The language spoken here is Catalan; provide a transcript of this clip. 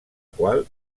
qual